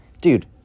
dude